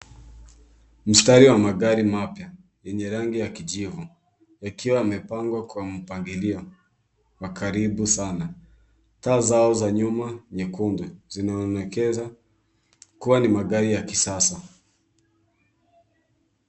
Mstari wa magari mapya, yenye rangi ya kijivu, yakiwa yamepangwa kwa mpangilio wa karibu sana. Taa zao za nyuma, nyekundu, zinaonekeza kuwa ni magari ya kisasa.